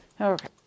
Okay